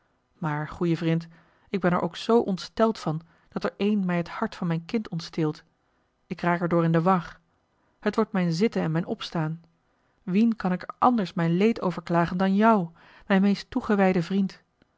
maar goeie vrind ik ben er ook zoo ontsteld van dat er een mij het hart van mijn kind ontsteelt ik raak er door in de war het wordt mijn zitten en mijn opstaan wien kan ik er anders mijn leed over klagen dan jou mijn meest toegewijden vriend